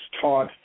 taught